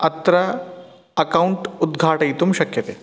अत्र अकौण्ट् उद्घाटयितुं शक्यते